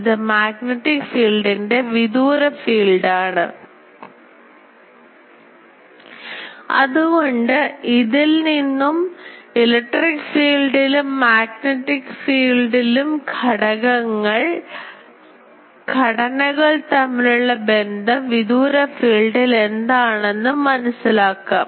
ഇത് മാഗ്നെറ്റിക് ഫീൽഡ്ൻറെ വിദൂര ഫീൽഡ് ആണ് അതുകൊണ്ട് ഇതിൽ നിന്നും ഇലക്ട്രിക് ഫീൽഡിലും മാഗ്നെറ്റിക് ഫീൽഡ്ൻറെയും ഘടനകൾ തമ്മിലുള്ള ബന്ധം വിദൂര ഫീൽഡിൽ എന്താണെന്ന് മനസ്സിലാക്കാം